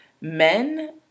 men